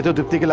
dipti?